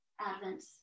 Advent